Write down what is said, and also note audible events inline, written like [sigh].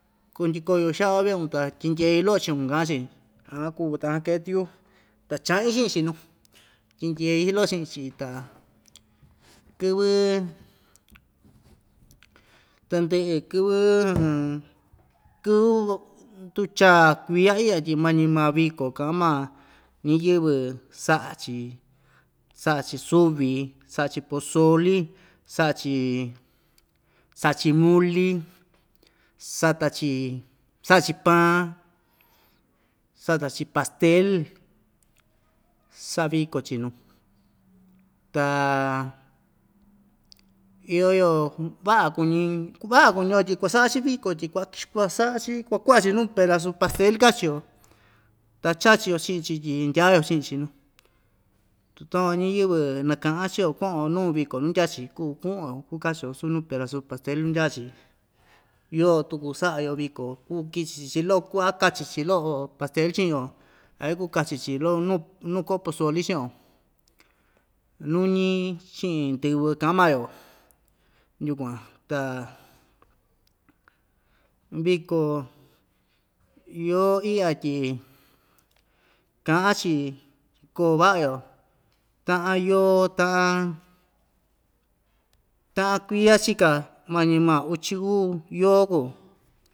Kuu ndyiko‑yo xaꞌva veꞌun ta tyindyeei loꞌo chiu kaꞌan‑chi aan kuu tann- kee tuku yuꞌu ta chaꞌin chiꞌin chi nuu tyindyei iin loꞌo chiꞌi‑chi ta kɨvɨ tandɨꞌɨ kɨvɨ kɨvɨ [unintelligible] nduchaa kuiya iya tyi mañi maa viko kaꞌan maa ñiyɨvɨ saꞌa‑chi saꞌa‑chi suvi saꞌa‑chi posoli saꞌa‑chi saꞌa‑chi muli sata‑chi saꞌa‑chi paan satachi pastel saa viko‑chi nuu ta iyo yo vaꞌa kuñi vaꞌa kuñi‑yo tyi kuasaꞌa‑chi viko tyi kua saꞌa‑chi kua kuakuaꞌa‑chi nuu pedasu pastel kachi‑yo ta chachi‑yo chiꞌin‑chi tyi ndyao chiꞌin‑chi nuu tu takuan ñiyɨvɨ nakaꞌan chiꞌin‑yo kuꞌu‑yo nuu viko nuu ndya‑chi kuu kuꞌun‑yo kuka‑chi‑yo vasu nuu pedasu pastel nuundyaa‑chi yoo tuku saꞌa‑yo viko kuu kichi‑chi chi loꞌo kuaꞌa kachi‑chi iin loꞌo pastel chiꞌin‑yo a ikuu chachi‑chi loꞌo nuu nuu koꞌo posoli chiꞌi‑yo nuñi chiꞌin ndɨvɨ kaꞌan maa‑yo yukuan ta viko yoo iꞌya tyi kaꞌan‑chi tyi koo vaꞌa‑yo taꞌan yoo taꞌan taꞌan kuiya chika mañi maa uchi uu yoo kuu.